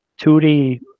2d